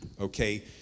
Okay